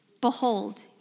Behold